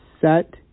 set